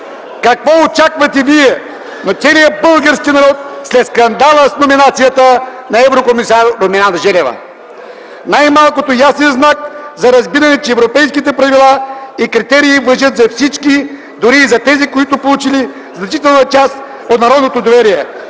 Какво очаквате вие от целия български народ след скандала с номинацията на еврокомисар Румяна Желева? Най-малкото ясен знак за разбиране, че европейските правила и критерии важат за всички, дори за тези, които са получили значителна част от народното доверие.